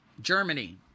Germany